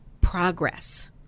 progress